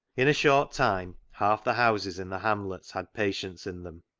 in a short time half the houses in the hamlet had patients in them.